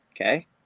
Okay